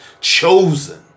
chosen